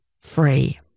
free